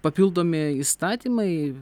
papildomi įstatymai